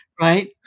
right